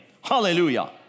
Hallelujah